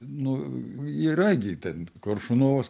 nu yra gi ten koršunovas